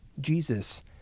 Jesus